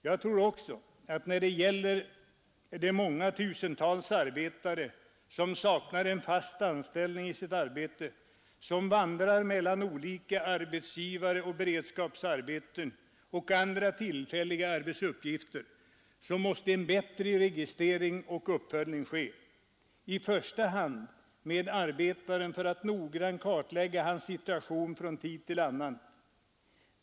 Jag tror också att när det gäller de många tusental arbetare, som saknar en fast anställning, som vandrar mellan olika arbetsgivare och beredskapsarbeten och andra tillfälliga arbetsuppgifter, måste en bättre registrering och uppföljning ske i första hand för att noggrant kartlägga arbetarens situation från tid till annan.